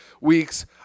weeks